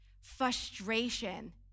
frustration